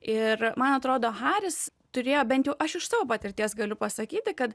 ir man atrodo haris turėjo bent jau aš iš savo patirties galiu pasakyti kad